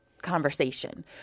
conversation